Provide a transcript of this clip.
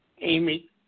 Amy